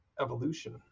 evolution